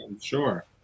Sure